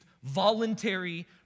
voluntary